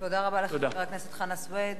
תודה רבה לך, חבר הכנסת חנא סוייד.